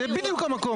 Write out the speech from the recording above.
זה בדיוק המקום.